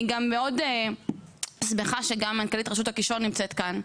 אני מאוד שמחה שגם מנכ"לית רשות הקישון נמצאת כאן.